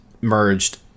merged